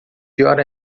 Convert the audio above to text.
pior